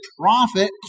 prophet